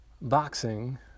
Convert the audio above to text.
boxing